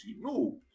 No